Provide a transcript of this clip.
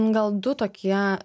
gal du tokie